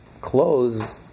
clothes